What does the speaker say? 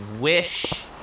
wish